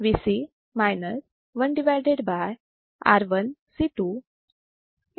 R1C1